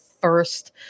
first